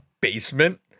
basement